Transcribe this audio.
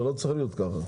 זה לא צריך להיות ככה.